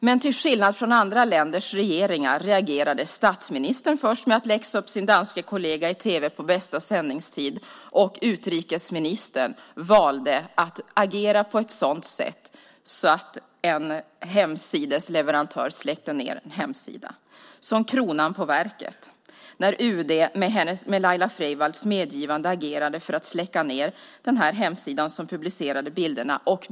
Men till skillnad från andra länders regeringar reagerade statsministern genom att läxa upp sin danske kollega i tv på bästa sändningstid, och utrikesministern valde att agera på ett sådant sätt att en hemsidesleverantör släckte ned en hemsida. Som kronan på verket var det när UD med Laila Freivalds medgivande agerade för att släcka ned den hemsida som publicerade de här bilderna.